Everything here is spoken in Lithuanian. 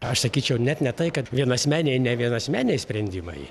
aš sakyčiau net ne tai kad vienasmeniai ne vienasmeniai sprendimai